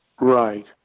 Right